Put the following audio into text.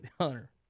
Hunter